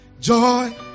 joy